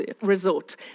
resort